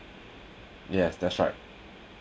yes that's right